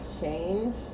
change